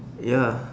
ya